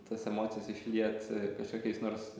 tas emocijas išliet kažkokiais nors